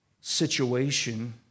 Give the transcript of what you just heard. situation